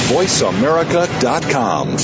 VoiceAmerica.com